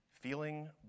Feeling